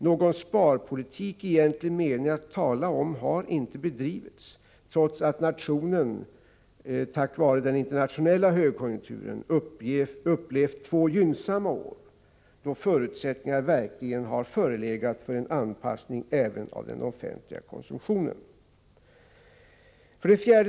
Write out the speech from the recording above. Någon sparpolitik i egentlig mening värd att tala om har inte bedrivits, trots att nationen tack vare den internationella högkonjunkturen upplevt två gynnsamma år då förutsättningar verkligen har förelegat för en anpassning även av den offentliga konsumtionen. 4.